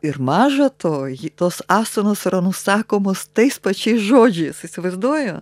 ir maža to tos asanos yra nusakomos tais pačiais žodžiais įsivaizduoja